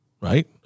right